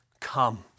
come